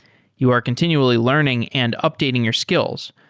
you are continually learning and updating your skills,